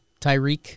Tyreek